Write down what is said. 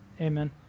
Amen